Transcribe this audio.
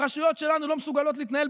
הרשויות שלנו לא מסוגלות להתנהל,